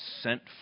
sent